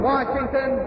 Washington